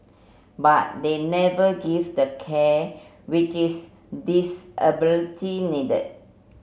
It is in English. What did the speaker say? but they never gave the care which its disability needed